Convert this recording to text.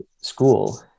school